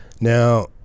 Now